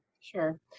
Sure